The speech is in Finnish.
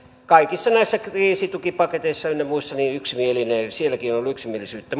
kaikissa näissä kriisitukipaketeissa ynnä muissa yksimielinen sielläkin on ollut yksimielisyyttä